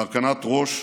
להרכנת ראש,